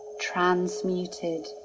transmuted